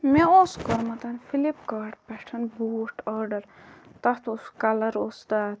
مےٚ اوس کوٚرمُت فِلِپکارٹ پٮ۪ٹھ بوٗٹھ آرڈر تَتھ اوس کَلَر اوس تَتھ